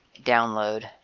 download